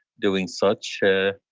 doing such a